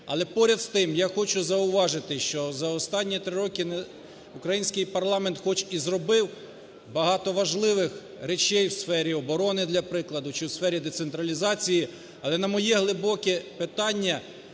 Але поряд з тим, я хочу зауважити, що за останні 3 роки український парламент хоч і зробив багато важливих речей в сфері оборони, для прикладу, чи в сфері децентралізації. Але на моє глибоке питання,